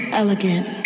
elegant